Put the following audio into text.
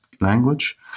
language